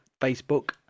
Facebook